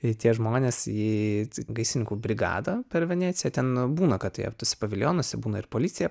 ir tie žmonės į gaisrininkų brigadą per veneciją ten būna kad jie tuose paviljonuose būna ir policija